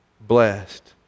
blessed